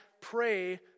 pray